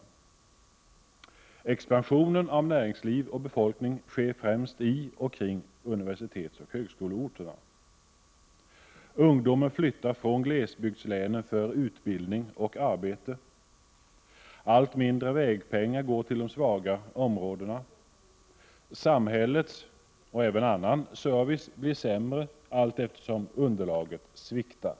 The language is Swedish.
Oo Expansionen av näringsliv och befolkning sker främst i och kring universitetsoch högskoleorterna. o Allt mindre vägpengar går till de svaga områdena. Oo Samhällets service och även annan service blir sämre allteftersom underlaget sviktar.